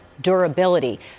durability